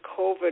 COVID